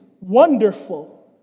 wonderful